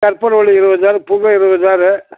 கற்பூரவல்லி இருபது தார் பூவன் இருபது தார்